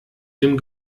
dem